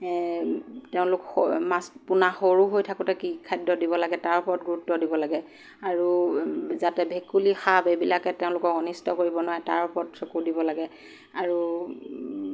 এ তেওঁলোক মাছ পোনা সৰু হৈ থাকোঁতে কি কি খাদ্য দিব লাগে তাৰ ওপৰত গুৰুত্ব দিব লাগে আৰু যাতে ভেকুলী সাপ এইবিলাকে তেওঁলোকক অনিষ্ট কৰিব নোৱাৰে তাৰ ওপৰত চকু দিব লাগে আৰু